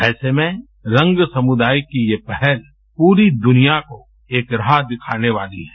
ऐसे में रंग समूदाय की ये पहल पूरी दुनिया को एक राह दिखाने वाली है